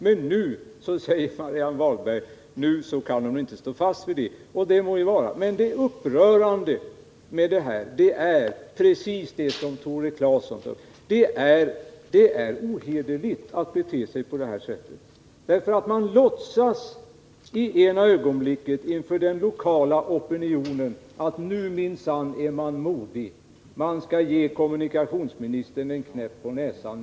Men nu säger Marianne Wahlberg att hon inte kan stå fast vid sin ståndpunkt, och det må ju vara. Men det upprörande med det här är det som Tore Claeson tog upp: Det är ohederligt att bete sig på det här sättet. Man låtsas i ena ögonblicket inför den lokala opinionen att man är modig och skall ge kommunikationsministern en knäpp på näsan.